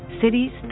cities